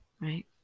right